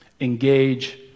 Engage